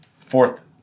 fourth